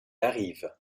arrivent